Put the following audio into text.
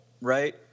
right